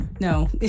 no